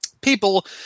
People